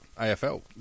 AFL